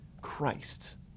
Christ